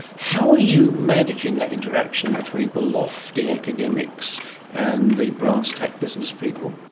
how are you managing that interaction between the lofty academics and the brass tack business people?